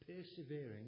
persevering